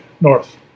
north